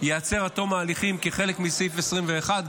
ייעצר עד תום ההליכים כחלק מסעיף 21,